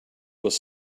was